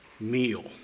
meal